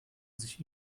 sich